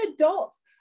adults